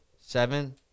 Seven